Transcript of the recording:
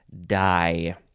die